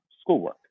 schoolwork